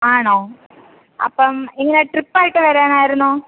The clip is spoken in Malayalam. ആണോ അപ്പം ഇങ്ങ് ട്രിപ്പായിട്ട് വരാൻ ആയിരുന്നോ